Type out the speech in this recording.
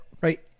right